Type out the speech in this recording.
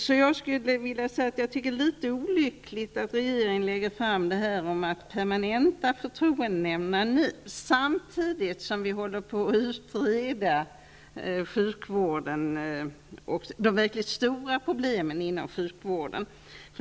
Så jag skulle vilja säga att jag tycker att det är olyckligt att regeringen lägger fram förslag om att permanenta förtroendenämnderna nu, samtidigt som vi håller på att utreda de verkligt stora problemen inom sjukvården.